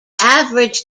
average